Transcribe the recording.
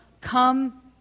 come